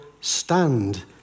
stand